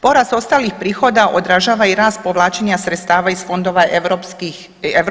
Porast ostalih prihoda odražava i rast povlačenja sredstava iz fondova EU.